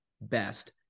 best